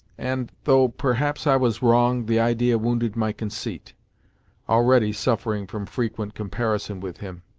and, though, perhaps, i was wrong, the idea wounded my conceit already suffering from frequent comparison with him.